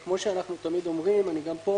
כמו שאנחנו תמיד אומרים אני אומר גם פה,